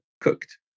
cooked